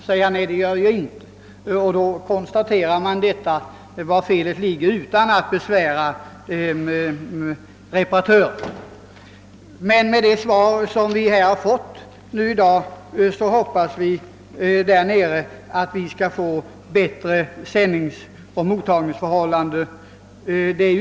Om inte han heller ser något vet man var felet ligger och behöver inte besvära reparatören. Det svar som statsrådet i dag lämnat ger oss anledning att hoppas att sändningsoch mottagningsförhållandena skall bli bättre.